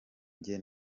njye